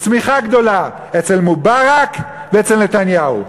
צמיחה גדולה: אצל מובארק ואצל נתניהו,